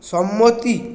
সম্মতি